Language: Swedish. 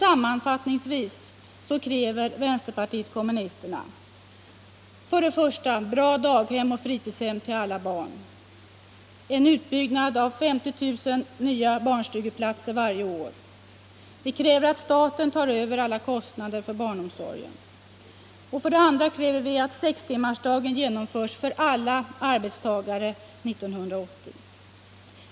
Sammanfattningsvis kräver vänsterpartiet kommunisterna daghem och fritidshem till alla barn, en utbyggnad av 50 000 barnstugeplatser varje år, att staten tar över alla kostnader för barnomsorgen samt att sextimmarsdagen genomförs för alla arbetstagare 1980.